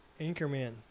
Anchorman